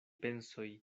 pensoj